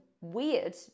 weird